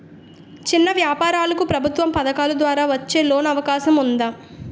చిన్న వ్యాపారాలకు ప్రభుత్వం పథకాల ద్వారా వచ్చే లోన్ అవకాశం ఉందా?